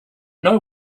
know